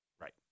Right